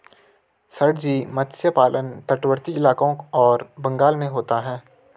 sir ji मत्स्य पालन तटवर्ती इलाकों और बंगाल में होता है